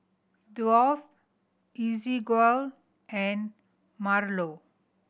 Duff Ezequiel and Marlo